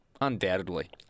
Undoubtedly